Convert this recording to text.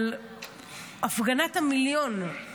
הפגנת המיליון,